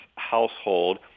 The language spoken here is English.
household